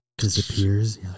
disappears